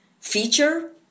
feature